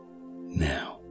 now